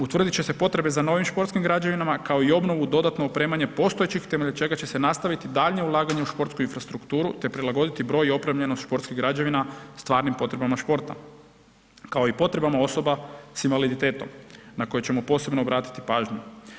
Utvrdit će se potrebe za novim športskim građevina kao i obnovu i dodatno opremanje postojećih temeljem čega će se nastaviti daljnje ulaganje u športsku infrastrukturu te prilagoditi broj i opremljenost športskih građevina stvarnim potrebama športa, kao i potrebama osoba s invaliditetom na koje ćemo posebno obratiti pažnju.